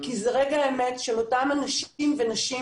כי זה רגע האמת של אותם אנשים ונשים